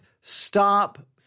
stop